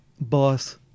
boss